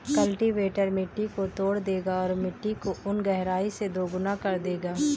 cultivator मिट्टी को तोड़ देगा और मिट्टी को उन गहराई से दोगुना कर देगा